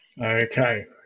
Okay